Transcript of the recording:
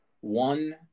one